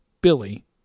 Billy